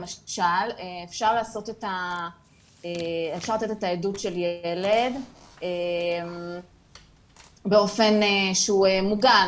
למשל אפשר לתת את העדות של ילד באופן שהוא מוגן,